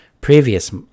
previous